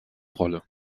rolle